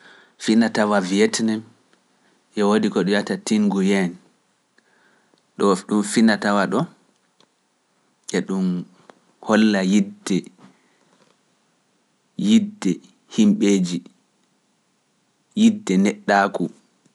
Finatawa wiyetene, e woodi ko ɗum yata Tinguyeen, ɗo finatawa ɗo, e ɗum holla yidde, yidde himɓeeji, yidde neɗɗaaku.